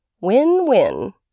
Win-win